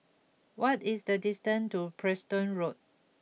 what is the distance to Preston Road